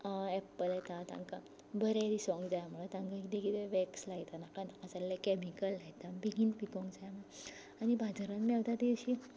Apple येतात तांकां बरे दिसक जाय म्हणून तांकां एक एकदां वॅक्स लायता नाका नाका जाल्ले कॅमिकल लायता बेगीन पिकूंक जाय म्हणून आनी बाजारांत मेळता तीं अशीं